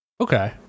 okay